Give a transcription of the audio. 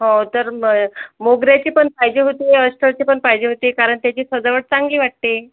हो तर मग मोगऱ्याचे पण पाहिजे होती अस्तरचे पण पाहिजे होते कारण त्याची सजावट चांगली वाटते